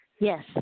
Yes